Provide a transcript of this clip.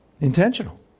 intentional